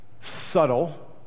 Subtle